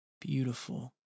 beautiful